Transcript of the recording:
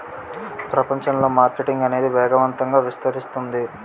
ప్రపంచంలో మార్కెటింగ్ అనేది వేగవంతంగా విస్తరిస్తుంది